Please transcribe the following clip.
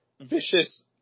vicious